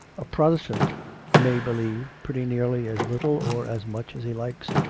a protestant may believe pretty nearly as little or as much as he likes,